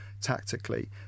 tactically